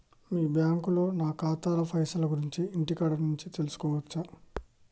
మీ బ్యాంకులో నా ఖాతాల పైసల గురించి ఇంటికాడ నుంచే తెలుసుకోవచ్చా?